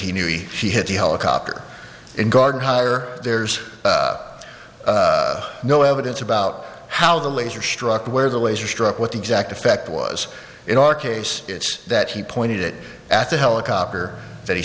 he knew he hit the helicopter in gardenhire there's no evidence about how the laser struck where the laser struck what the exact effect was in our case it's that he pointed it at the helicopter that he